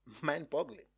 mind-boggling